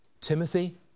Timothy